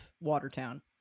Watertown